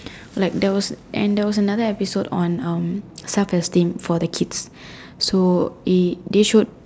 like there was and there was another episode on um self esteem for the kids so it they showed